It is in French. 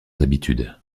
habitudes